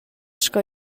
sco